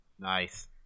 Nice